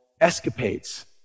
escapades